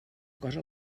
cosa